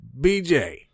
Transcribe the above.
BJ